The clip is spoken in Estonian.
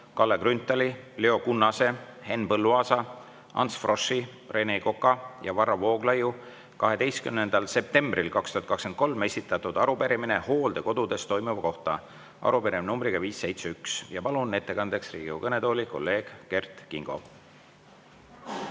Kalle Grünthali, Leo Kunnase, Henn Põlluaasa, Ants Froschi, Rene Koka ja Varro Vooglaiu 12. septembril 2023 esitatud arupärimine hooldekodudes toimuva kohta. Arupärimine nr 571. Palun ettekandeks Riigikogu kõnetooli kolleeg Kert Kingo.